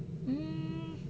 mm